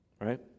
right